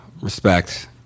respect